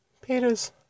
Peter's